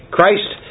Christ